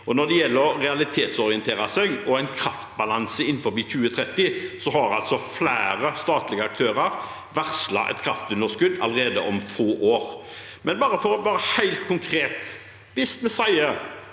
og når det gjelder å realitetsorientere seg mot en kraftbalanse innen 2030, har altså flere statlige aktører varslet et kraftunderskudd allerede om få år. Bare for å være helt konkret: